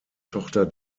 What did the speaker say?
tochter